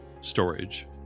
storage